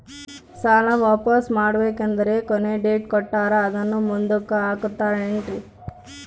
ಸಾಲ ವಾಪಾಸ್ಸು ಮಾಡಬೇಕಂದರೆ ಕೊನಿ ಡೇಟ್ ಕೊಟ್ಟಾರ ಅದನ್ನು ಮುಂದುಕ್ಕ ಹಾಕುತ್ತಾರೇನ್ರಿ?